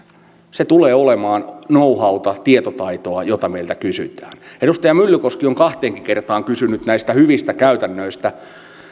se tulee olemaan know howta tietotaitoa jota meiltä kysytään edustaja myllykoski on kahteenkin kertaan kysynyt näistä hyvistä käytännöistä